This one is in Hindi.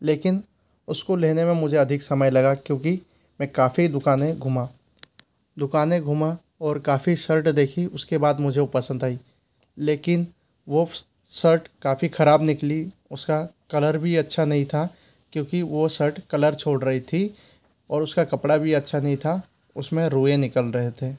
लेकिन उसको लेने में मुझे अधिक समय लगा क्योंकि मैं काफ़ी दुकानें घूमा दुकानें घूमा और काफ़ी शर्ट देखी उसके बाद मुझे वो पसंद आई लेकिन वो शर्ट काफ़ी खराब निकली उसका कलर भी अच्छा नहीं था क्योंकि वो शर्ट कलर छोड़ रही थी और उसका कपड़ा भी अच्छा नहीं था उसमें रुएँ निकल रहे थे